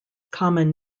common